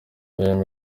bemeye